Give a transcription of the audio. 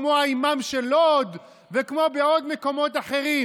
כמו האימאם של לוד וכמו בעוד מקומות אחרים,